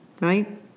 right